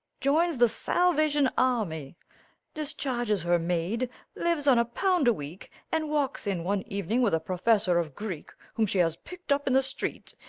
joins the salvation army discharges her maid lives on a pound a week and walks in one evening with a professor of greek whom she has picked up in the street,